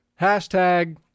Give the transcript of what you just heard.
Hashtag